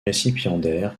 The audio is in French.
récipiendaire